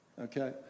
Okay